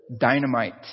Dynamite